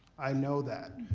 i know that,